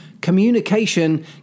communication